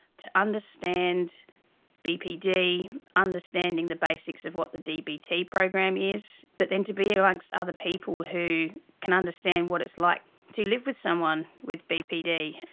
to understand bpd, understanding the basics of what the dbt program is, but then to be amongst other people who can understand what it's like to live with someone with bpd,